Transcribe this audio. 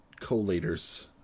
collators